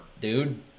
dude